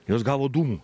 jūs gavo dūmų